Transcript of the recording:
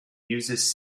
uses